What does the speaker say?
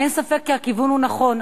אין ספק כי הכיוון הוא נכון,